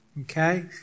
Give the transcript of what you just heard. Okay